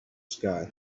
sky